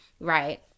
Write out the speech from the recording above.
Right